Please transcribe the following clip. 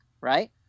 right